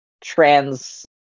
trans